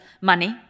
money